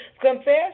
confess